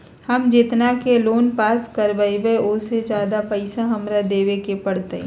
हम जितना के लोन पास कर बाबई ओ से ज्यादा पैसा हमरा देवे के पड़तई?